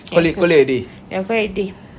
cancel ya call it a day